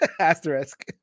asterisk